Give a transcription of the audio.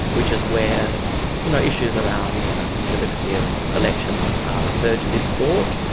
which is where you know issues around the validity of elections are referred to this court.